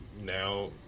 now